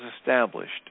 established